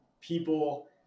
people